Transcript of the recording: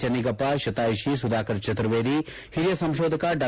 ಜೆನ್ನಿಗಪ್ಪ ಶತಾಯುಷಿ ಸುಧಾಕರ ಚತುರ್ವೇದಿ ಹಿರಿಯ ಸಂಶೋಧಕ ಡಾ